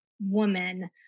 woman